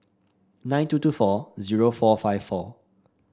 nine two two four zero four five four